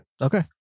okay